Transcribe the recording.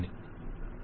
client who